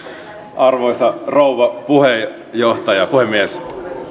arvoisa rouva puhemies